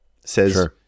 says